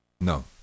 No